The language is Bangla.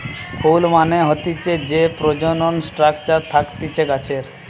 ফুল মানে হতিছে যে প্রজনন স্ট্রাকচার থাকতিছে গাছের